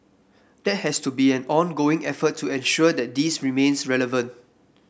that has to be an ongoing effort to ensure that this remains relevant